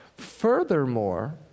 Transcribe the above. furthermore